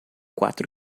quatro